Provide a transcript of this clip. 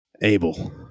Abel